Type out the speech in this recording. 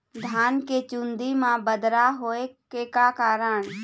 धान के चुन्दी मा बदरा होय के का कारण?